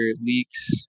leaks